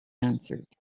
answered